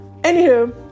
anywho